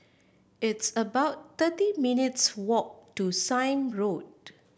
it's about thirty minutes' walk to Sime Road